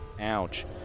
ouch